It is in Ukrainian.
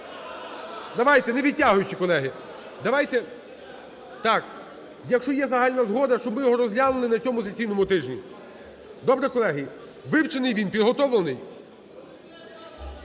Давайте не відтягуючи, колеги. Якщо є загальна згода, щоб ми його розглянули на цьому сесійному тижні, добре, колеги? Вивчений він, підготовлений?